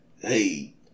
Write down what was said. hey